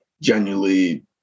genuinely